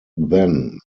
then